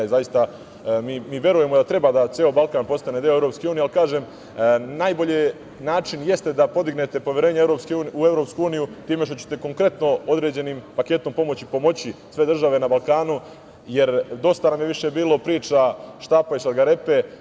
Mi zaista verujemo da ceo Balkan treba da postane deo EU, ali kažem najbolji način da podignete poverenje u EU jeste time što ćete konkretno određenim paketom pomoći pomoći sve države na Balkanu, jer dosta nam je više bilo priča štapa i šargarepe.